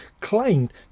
claimed